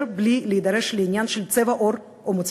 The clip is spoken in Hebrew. בלי להידרש לעניין של צבע עור או מוצא.